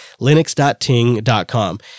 Linux.ting.com